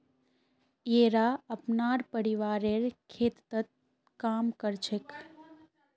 येरा अपनार परिवारेर खेततत् काम कर छेक